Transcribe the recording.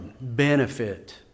benefit